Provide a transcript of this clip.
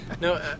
No